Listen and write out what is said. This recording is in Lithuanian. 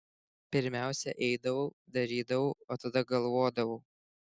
pirmiausia eidavau darydavau o tada galvodavau